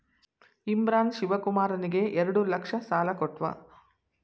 ಇಮ್ರಾನ್ ಶಿವಕುಮಾರನಿಗೆ ಎರಡು ಲಕ್ಷ ಸಾಲ ಕೊಟ್ಟ